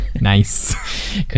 nice